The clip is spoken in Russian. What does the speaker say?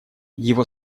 его